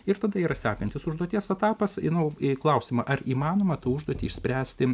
ir tada yra sekantis užduoties etapas i na į klausimą ar įmanoma tą užduotį išspręsti